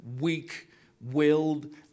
weak-willed